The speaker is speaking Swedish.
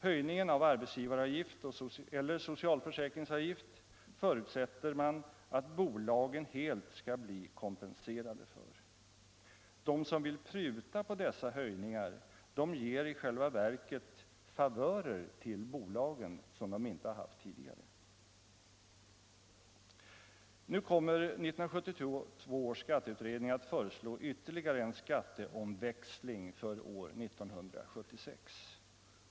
Höjningen av arbetsgivaravgift eller socialförsäkringsavgift förutsätter man att bolagen helt skall bli kompenserade för. De som vill pruta på dessa höjningar vill i själva verket ge bolagen favörer som bolagen inte haft tidigare. Nu kommer 1972 års skatteutredning att föreslå ytterligare en skatteomväxling för år 1976.